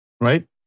Right